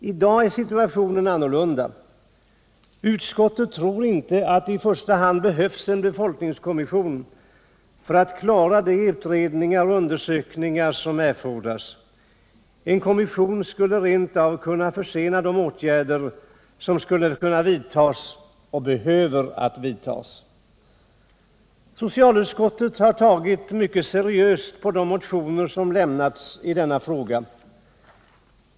I dag är situationen annorlunda. Utskottet tror inte att det i första hand behövs en befolkningskommission för att klara de utredningar och undersökningar som erfordras. En kommission skulle rent av kunna försena de åtgärder som annars skulle kunna vidtas och behöver vidtas. Socialutskottet har tagit mycket seriöst på de motioner som lämnats i denna fråga.